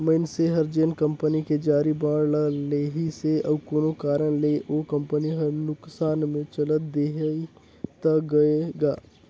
मइनसे हर जेन कंपनी के जारी बांड ल लेहिसे अउ कोनो कारन ले ओ कंपनी हर नुकसान मे चल देहि त गय गा